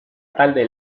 talde